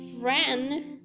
friend